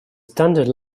standard